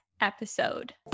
episode